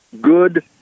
good